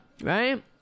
right